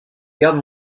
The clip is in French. garde